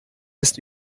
ist